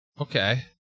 Okay